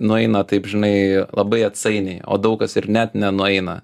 nueina taip žinai labai atsainiai o daug kas ir net nenueina